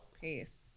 Peace